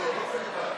החוק?